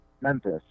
Memphis